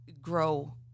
grow